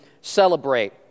celebrate